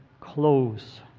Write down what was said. close